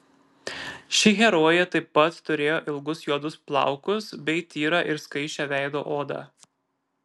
ši herojė taip pat turėjo ilgus juodus plaukus bei tyrą ir skaisčią veido odą